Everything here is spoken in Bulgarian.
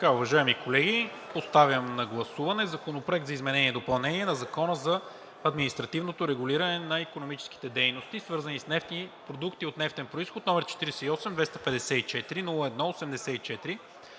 Уважаеми колеги, поставям на гласуване Законопроект за изменение и допълнение на Закона за административното регулиране на икономическите дейности, свързани с нефт и продукти от нефтен произход, № 48-254-01-84,